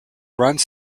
runs